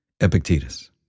Epictetus